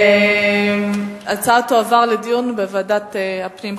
ההצעה תועבר לדיון בוועדת הפנים.